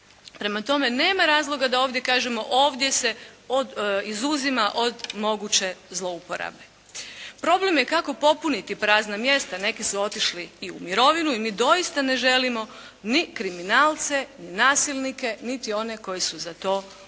Prema tome, nema razloga da ovdje kažemo, ovdje se izuzima od moguće zlouporabe. Problem je kako popuniti prazna mjesta. Neki su otišli i u mirovinu. I mi doista ne želimo ni kriminalce, ni nasilnike, niti one koji su za to optuženi.